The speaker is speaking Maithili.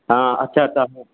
हँ अच्छा अच्छा